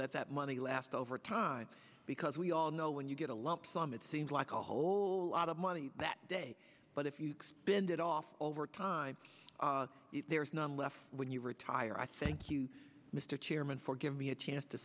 that that money left over time because we all know when you get a lump sum it seems like a whole lot of money that day but if you spend it off over time if there is none left when you retire i thank you mr chairman for give me a chance to